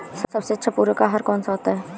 सबसे अच्छा पूरक आहार कौन सा होता है?